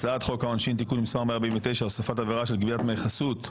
1. הצעת חוק העונשין (תיקון מס' 149) (הוספת עבירה של גביית דמי חסות),